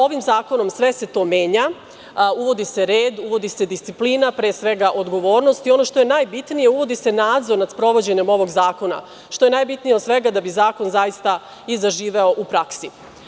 Ovim zakonom sve se to menja, uvodi se red, uvodi se disciplina, pre svega odgovornost i ono što je najbitnije, uvodi se nadzor nad sprovođenjem ovog zakona, što je najbitnije od svega da bi zakon zaista i zaživeo u praksi.